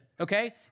okay